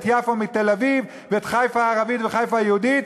את יפו מתל-אביב, ואת חיפה הערבית וחיפה היהודית?